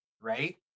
Right